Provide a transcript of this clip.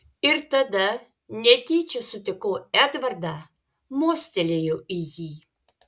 ir tada netyčia sutikau edvardą mostelėjau į jį